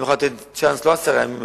אני מוכן לתת צ'אנס לא עשרה ימים,